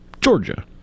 Georgia